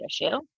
issue